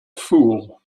fool